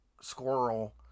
squirrel